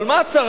אבל מה הצרה